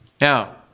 Now